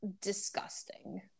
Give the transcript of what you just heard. disgusting